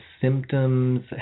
symptoms